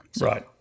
right